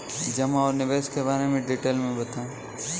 जमा और निवेश के बारे में डिटेल से बताएँ?